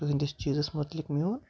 تُہٕنٛدِس چیٖزَس متعلق میون